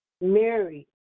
Mary